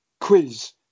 Quiz